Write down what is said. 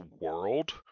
world